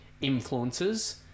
influences